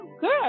Good